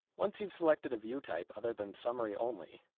once you've selected a view type other than summary only,